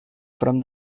from